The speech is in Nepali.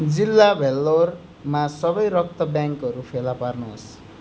जिल्ला भेल्लोरमा सबै रक्त ब्याङ्कहरू फेला पार्नुहोस्